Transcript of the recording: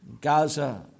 Gaza